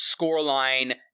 scoreline